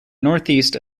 northeast